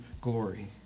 glory